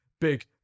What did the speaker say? big